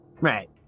Right